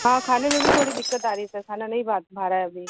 हाँ खाने में भी थोड़ी दिक्कत आ रही है सर खाना नहीं भा रहा है अभी